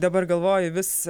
dabar galvoja vis